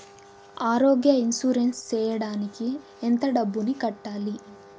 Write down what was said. ఆరోగ్య ఇన్సూరెన్సు సేయడానికి ఎంత డబ్బుని కట్టాలి?